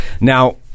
Now